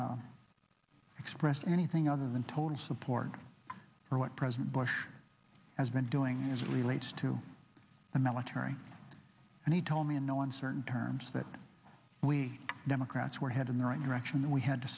ever expressed anything other than total support for what president bush has been doing as it relates to the military and he told me in no uncertain terms that we democrats were heading the right direction that we had to